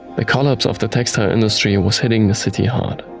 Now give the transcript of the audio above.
the collapse of the textile industry and was hitting the city hard.